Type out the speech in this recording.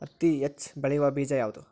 ಹತ್ತಿ ಹೆಚ್ಚ ಬೆಳೆಯುವ ಬೇಜ ಯಾವುದು?